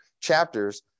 chapters